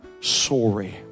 sorry